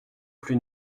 plus